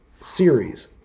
series